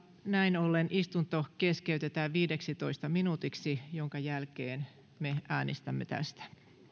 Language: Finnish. näin ollen istunto keskeytetään viideksitoista minuutiksi minkä jälkeen me äänestämme tästä